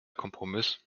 kompromiss